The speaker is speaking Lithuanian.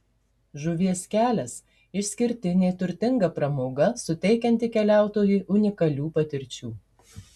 žuvies kelias išskirtinė turtinga pramoga suteikianti keliautojui unikalių patirčių